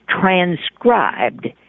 transcribed